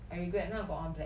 I regret now I got one black